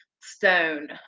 stone